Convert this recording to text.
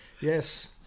Yes